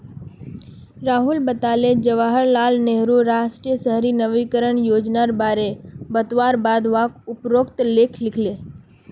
राहुल बताले जवाहर लाल नेहरूर राष्ट्रीय शहरी नवीकरण योजनार बारे बतवार बाद वाक उपरोत लेख लिखले